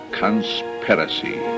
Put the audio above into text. conspiracy